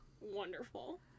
wonderful